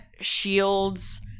shields